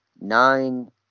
nine